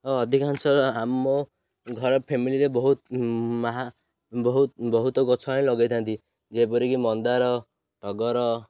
ଓ ଅଧିକାଂଶ ଆମ ଘର ଫ୍ୟାମିଲିରେ ବହୁତ ବହୁତ ବହୁତ ଗଛ ଆଣି ଲଗେଇଥାନ୍ତି ଯେପରିକି ମନ୍ଦାର ଟଗର